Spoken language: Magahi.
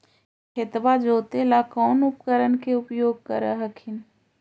खेतबा जोते ला कौन उपकरण के उपयोग कर हखिन?